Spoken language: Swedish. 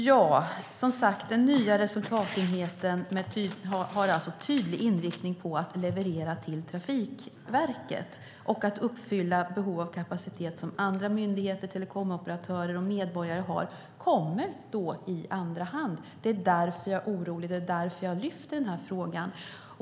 Fru talman! Den nya resultatenheten har alltså tydlig inriktning på att leverera till Trafikverket. Att uppfylla de behov av kapacitet som andra myndigheter, telekomoperatörer och medborgare har kommer då i andra hand. Det är därför jag är orolig och lyfter upp denna fråga.